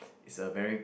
is a very